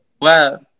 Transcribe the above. Wow